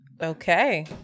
Okay